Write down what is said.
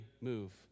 move